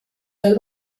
del